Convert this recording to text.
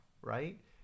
right